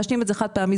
מעשנים את זה חד פעמי,